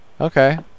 Okay